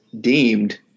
deemed